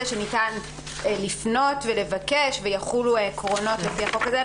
שניתן לפנות ולבקש ויחולו עקרונות לפי החוק הזה.